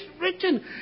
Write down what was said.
written